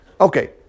Okay